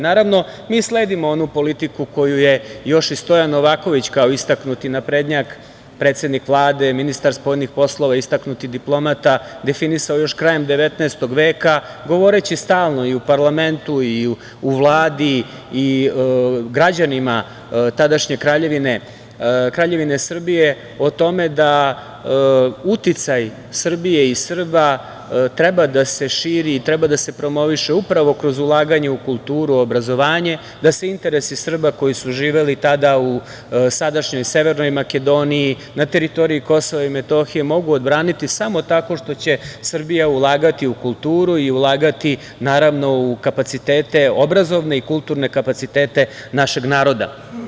Naravno, mi sledimo onu politiku koju je još i Stojan Novaković kao istaknuti naprednjak, predsednik Vlade, ministar spoljnih poslova, istaknuti diplomata definisao krajem 19. veka, govoreći stalno i u parlamentu i u Vladi i građanima tadašnje Kraljevine Srbije o tome da uticaj Srbije i Srba treba da se širi i treba da se promoviše upravo kroz ulaganje u kulturu, obrazovanje, da se interesi Srba koji su živeli tada u sadašnjoj Severnoj Makedoniji, na teritoriji Kosova i Metohije mogu odbraniti samo tako što će Srbija ulagati u kulturu i ulagati u obrazovne i kulturne kapacitete našeg naroda.